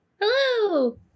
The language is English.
Hello